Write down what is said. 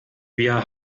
wir